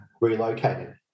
relocated